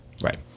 Right